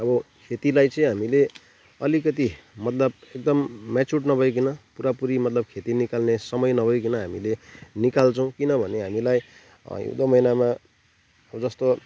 अब खेतीलाई चाहिँ हामीले अलिकति मतलब एकदम म्याच्युर्ड नभइकन पुरापुरी मतलब खेती निकाल्ने समय नभइकन हामीले निकाल्छौँ किनभने हामीलाई हिउँदो महिनामा जस्तो